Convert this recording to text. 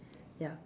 ya